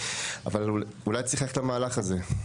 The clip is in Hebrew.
אולי צריך ללכת למהלך הזה?